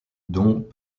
dont